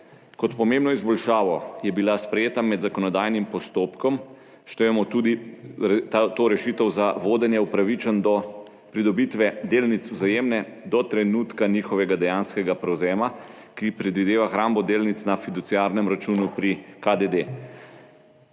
Kot pomembno izboljšavo, ki je bila sprejeta med zakonodajnim postopkom, štejemo tudi to rešitev, da je za vodenje upravičen do pridobitve delnic Vzajemne do trenutka njihovega dejanskega prevzema, ki predvideva hrambo delnic na fiduciarnem računu pri KDD.